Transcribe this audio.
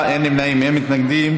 איסור פרסום לשם הגנה על ביטחון תעסוקתי),